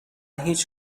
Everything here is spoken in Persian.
هیچ